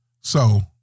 So-